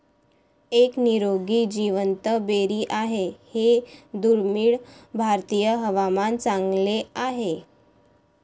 एक निरोगी जिवंत बेरी आहे हे दुर्मिळ भारतीय हवामान चांगले आहे